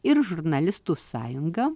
ir žurnalistų sąjunga